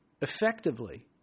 effectively